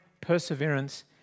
perseverance